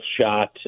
shot